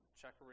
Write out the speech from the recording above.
check